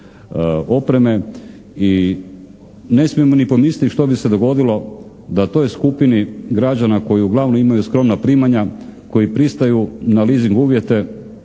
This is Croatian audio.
opreme i ne smijemo ni pomisliti što bi se dogodilo da toj skupini građana koji uglavnom imaju skromna primanja, koji pristaju na leasing uvjete